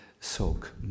soak